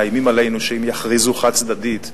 מאיימים עלינו שהם יכריזו חד-צדדית,